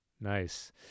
nice